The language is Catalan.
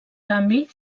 canvi